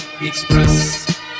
Express